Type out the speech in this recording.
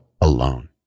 alone